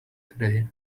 today